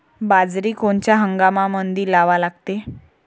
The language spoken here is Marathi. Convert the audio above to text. बाजरी कोनच्या हंगामामंदी लावा लागते?